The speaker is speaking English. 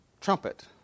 Trumpet